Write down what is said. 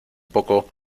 poco